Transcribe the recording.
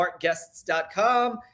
smartguests.com